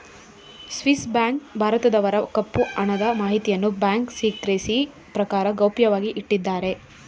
Swiss bank ಭಾರತದವರ ಕಪ್ಪು ಹಣದ ಮಾಹಿತಿಯನ್ನು ಬ್ಯಾಂಕ್ ಸಿಕ್ರೆಸಿ ಪ್ರಕಾರ ಗೌಪ್ಯವಾಗಿ ಇಟ್ಟಿದ್ದಾರೆ